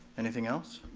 anything else?